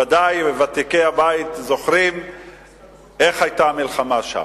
ודאי ותיקי הבית זוכרים איזו מלחמה היתה שם.